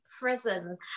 prison